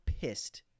pissed